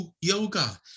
yoga